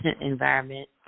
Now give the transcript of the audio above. environment